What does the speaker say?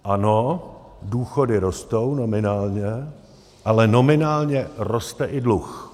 Ano, důchody rostou nominálně, ale nominálně roste i dluh.